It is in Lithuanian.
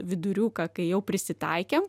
viduriuką kai jau prisitaikėm